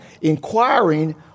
Inquiring